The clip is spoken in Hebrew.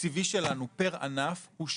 התקציבי שלנו פר ענף הוא שגוי,